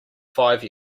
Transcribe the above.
five